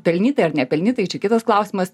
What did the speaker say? pelnytai ar nepelnytai čia kitas klausimas